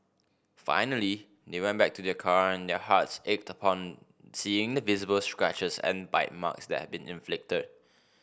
finally they went back to their car and their hearts ached upon seeing the visible scratches and bite marks that had been inflicted